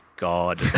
God